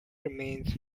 remains